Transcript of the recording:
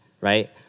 right